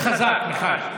זה טיעון חזק, מיכל.